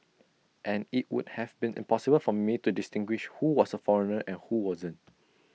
and IT would have been impossible for me to distinguish who was A foreigner and who wasn't